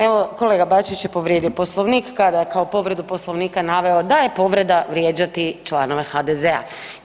Evo kolega Bačić je povrijedio Poslovnik kada je kao povredu Poslovnika naveo da je povreda vrijeđati članove HDZ-a.